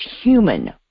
human